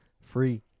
free